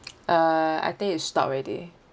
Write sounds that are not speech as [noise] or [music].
[noise] uh I think you stop already